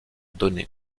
donnée